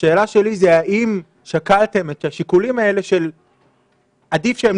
השאלה שלי היא האם שקלתם את השיקולים האלה שעדיף שהם,